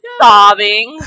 sobbing